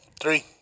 three